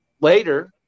later